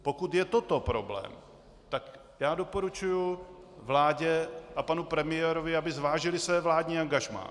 Pokud je toto problém, tak doporučuji vládě a panu premiérovi, aby zvážili své vládní angažmá.